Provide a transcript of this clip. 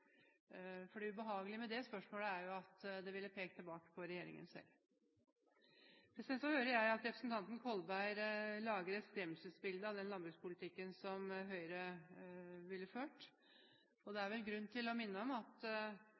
det spørsmålet er jo at det ville pekt tilbake på regjeringen selv. Så hører jeg at representanten Kolberg lager et skremmebilde av den landbrukspolitikken som Høyre ville ført. Det er vel grunn til å minne om at